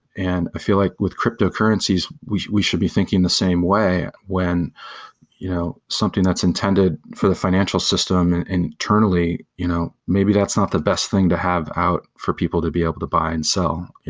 and i feel like with cryptocurrencies, we we should be thinking the same way when you know something that's intended for the financial system internally, you know maybe that's not the best thing to have out for people to be able to buy and sell.